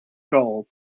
gold